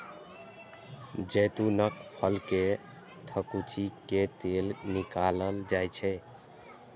जैतूनक फल कें थकुचि कें तेल निकालल जाइ छै